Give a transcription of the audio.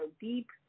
Deep